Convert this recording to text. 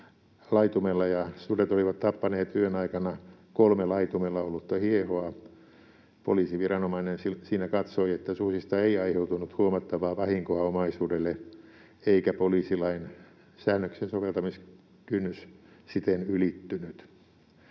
laitumella ja sudet olivat tappaneet yön aikana kolme laitumella ollutta hiehoa. Poliisiviranomainen siinä katsoi, että susista ei aiheutunut huomattavaa vahinkoa omaisuudelle, eikä poliisilain säännöksen soveltamiskynnys siten ylittynyt.